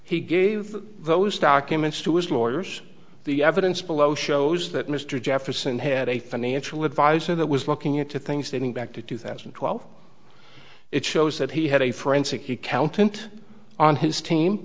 he gave those documents to his lawyers the evidence below shows that mr jefferson had a financial advisor that was looking into things they didn't back to two thousand and twelve it shows that he had a forensic accountant on his team